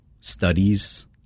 studies